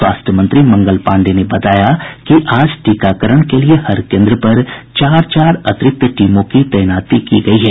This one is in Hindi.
स्वास्थ्य मंत्री मंगल पांडेय ने बताया कि आज टीकाकरण के लिए हर केन्द्र पर चार चार अतिरिक्त टीमों की तैनाती की गयी है